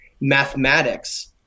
mathematics